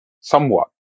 somewhat